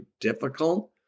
difficult